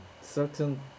certain